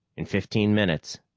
in fifteen minutes,